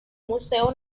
museo